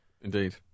Indeed